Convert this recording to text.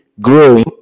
growing